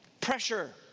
Pressure